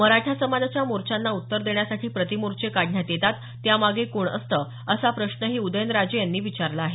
मराठा समाजाच्या मोर्चांना उत्तर देण्यासाठी प्रतिमोर्चे काढण्यात येतात त्यामागे कोण असतं असा प्रश्नही उदयनराजे यांनी विचारला आहे